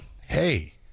hey